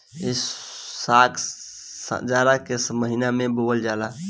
इ साग जाड़ा के महिना में बोअल जाला